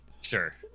Sure